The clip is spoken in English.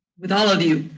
with all of you.